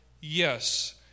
yes